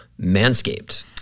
Manscaped